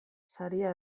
saria